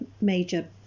major